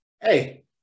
Hey